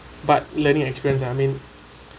but learning experience ah I mean